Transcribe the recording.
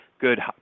good